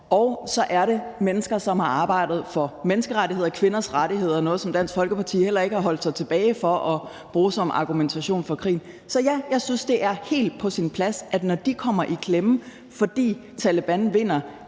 Og så er det mennesker, som har arbejdet for menneskerettigheder og kvinders rettigheder, noget, som Dansk Folkeparti heller ikke har holdt sig tilbage fra at bruge som argumentation for krigen. Så ja, jeg synes, det er helt på sin plads, at man, når de kommer i klemme, fordi Taleban vinder